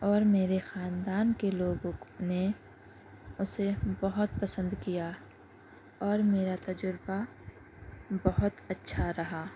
اور میرے خاندان کے لوگوک نے اُسے بہت پسند کیا اور میرا تجربہ بہت اچھا رہا